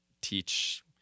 teach